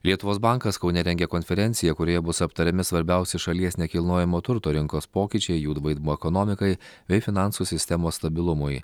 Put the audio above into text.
lietuvos bankas kaune rengia konferenciją kurioje bus aptariami svarbiausi šalies nekilnojamo turto rinkos pokyčiai jų vaidmuo ekonomikai bei finansų sistemos stabilumui